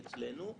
אצלנו.